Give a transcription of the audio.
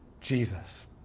Jesus